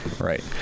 Right